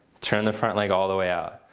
turn the front leg all the way out.